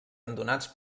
abandonats